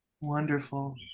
Wonderful